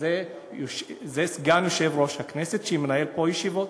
אז זה סגן יושב-ראש הכנסת שמנהל פה ישיבות.